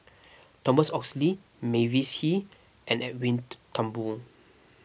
Thomas Oxley Mavis Hee and Edwin Thumboo